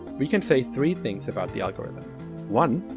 we can say three things about the algorithm one.